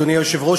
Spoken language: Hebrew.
אדוני היושב-ראש,